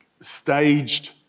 staged